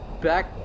back